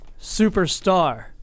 superstar